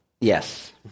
Yes